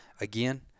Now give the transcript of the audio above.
again